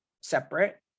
separate